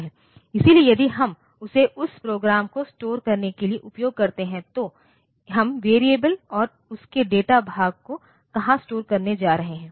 इसलिए यदि हम उसे उस प्रोग्राम को स्टोर करने के लिए उपयोग करते हैं तो हम वेरिएबल और उसके डेटा भाग को कहां स्टोर करने जा रहे हैं